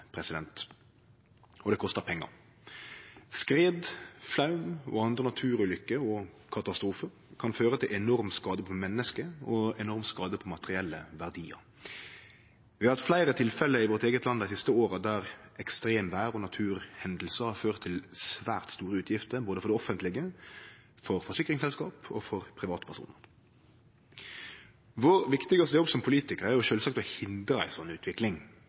og det kostar pengar. Skred, flaum og andre naturulykker- og katastrofar kan føre til enorm skade på menneske og enorm skade på materielle verdiar. Vi har hatt fleire tilfelle i vårt eige land dei siste åra der ekstremvêr og naturhendingar har ført til svært store utgifter både for det offentlege, for forsikringsselskap og for privatpersonar. Vår viktigaste jobb som politikarar er sjølvsagt å hindre ei slik utvikling.